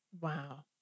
Wow